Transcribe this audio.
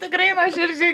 tikrai nuoširdžiai